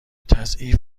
تعضیف